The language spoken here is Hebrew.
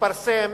התפרסם